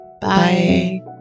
Bye